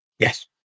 Yes